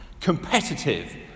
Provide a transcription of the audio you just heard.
competitive